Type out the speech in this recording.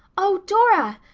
oh, dora,